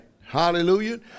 Hallelujah